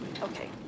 okay